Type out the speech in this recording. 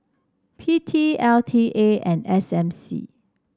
P T L T A and S M C